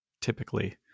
Typically